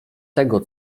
tego